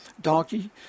donkey